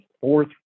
fourth